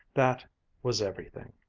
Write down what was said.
that was everything.